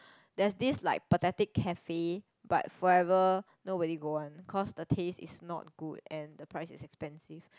there's this like pathetic cafe but forever nobody go one cause the taste is not good and the price is expensive